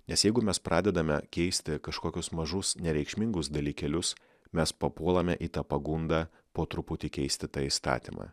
nes jeigu mes pradedame keisti kažkokius mažus nereikšmingus dalykėlius mes papuolame į tą pagundą po truputį keisti tą įstatymą